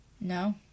No